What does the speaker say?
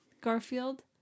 Garfield